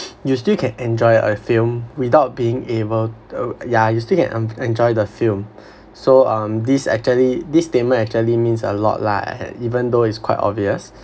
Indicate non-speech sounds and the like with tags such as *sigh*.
you still can enjoy a film without being able *noise* yeah you still can en~ enjoy the film so um this actually this statement actually means a lot lah even though it's quite obvious